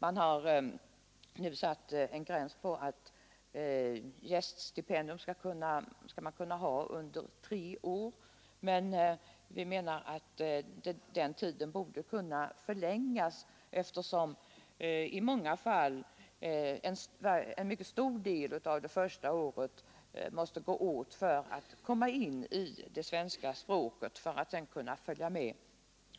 De är nu begränsade till tre år, men den tiden borde enligt vår uppfattning förlängas. En mycket stor del av det första året går åt till att lära sig svenska språket för att sedan kunna följa med